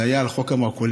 זה היה על חוק המרכולים.